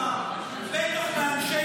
--- בטח מאנשי קיבוצי העוטף.